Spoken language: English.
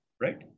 right